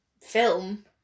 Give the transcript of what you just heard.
film